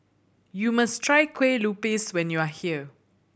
you must try Kueh Lupis when you are here